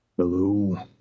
Hello